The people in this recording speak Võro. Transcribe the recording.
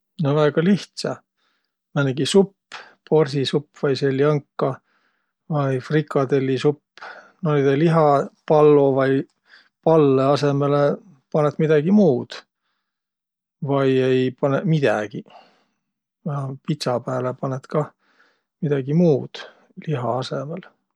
No väega lihtsä – määnegi supp, borsisupp vai seljanka vai frikadellisupp. Noidõ lihapallo vai -pallõ asõmalõ panõt midägi muud vai ei panõq midägiq. Pitsa pääle panõt kah midägi muud liha asõmõl.